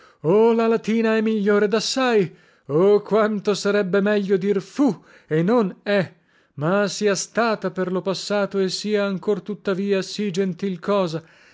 oh la latina è migliore dassai oh quanto sarebbe meglio dir fu e non è ma sia stata per lo passato e sia ancor tuttavia sì gentil cosa